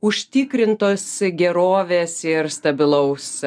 užtikrintos gerovės ir stabilaus